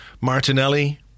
Martinelli